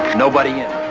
nobody in.